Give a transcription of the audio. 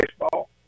baseball